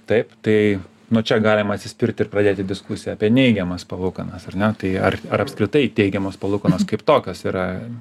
taip tai nuo čia galima atsispirt ir pradėti diskusiją apie neigiamas palūkanas ar ne tai ar ar apskritai teigiamos palūkanos kaip tokios yra